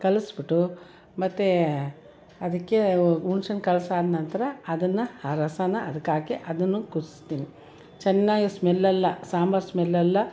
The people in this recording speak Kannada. ಕಲ್ಸಿಬಿಟ್ಟು ಮತ್ತೆ ಅದಕ್ಕೆ ಹುಣ್ಸೆ ಹಣ್ಣು ಕಲ್ಸಾದ ನಂತರ ಅದನ್ನು ಆ ರಸನ ಅದಕ್ಕೆ ಹಾಕಿ ಅದನ್ನು ಕುದಿಸ್ತೀನಿ ಚೆನ್ನಾಗಿ ಸ್ಮೆಲ್ಲೆಲ್ಲ ಸಾಂಬಾರು ಸ್ಮೆಲ್ಲೆಲ್ಲ